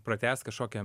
pratęst kažkokią